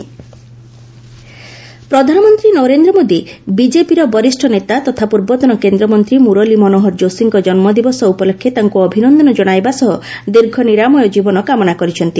PM Joshi ପ୍ରଧାନମନ୍ତ୍ରୀ ନରେନ୍ଦ୍ର ମୋଦି ବିକେପିର ବରିଷ୍ଠ ନେତା ତଥା ପୂର୍ବତନ କେନ୍ଦ୍ରମନ୍ତ୍ରୀ ମୁରଲୀ ମନୋହର ଜୋଶୀଙ୍କ ଜନୁଦିବସ ଉପଲକ୍ଷେ ତାଙ୍କୁ ଅଭିନନ୍ଦନ କ୍ଷାଇବା ସହ ଦୀର୍ଘ ନିରାମୟ ଜୀବନ କାମନା କରିଛନ୍ତି